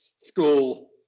school